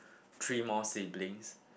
three more siblings